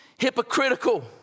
hypocritical